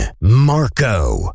Marco